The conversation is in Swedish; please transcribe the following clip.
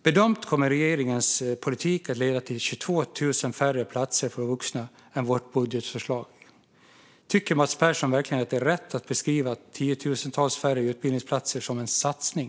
Bedömningen är att regeringens politik kommer att leda till 22 000 färre platser för vuxna än i vårt budgetförslag. Tycker Mats Persson verkligen att det är rätt att beskriva tiotusentals färre utbildningsplatser som en satsning?